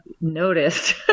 noticed